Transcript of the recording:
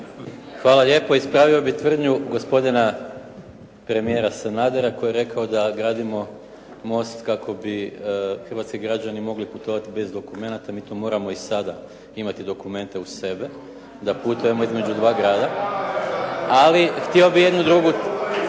Hvala lijepo. Ispravio bih tvrdnju gospodina premijera Sanadera koji je rekao da gradimo most kako bi hrvatski građani mogli putovati bez dokumenata. Mi to moramo i sada imati dokumente uz sebe da putujemo između dva grada. Ali htio bih jednu drugu